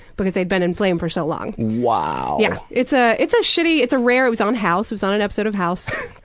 because they'd been inflamed for so long. wow. yeah it's ah it's a shitty, it's a rare it was on house, it was on an episode of house,